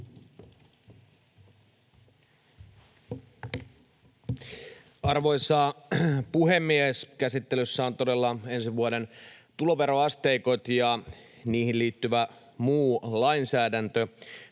Arvoisa puhemies! Käsittelyssä on ensi vuoden tuloveroasteikot ja niihin liittyvä muu lainsäädäntökokonaisuus.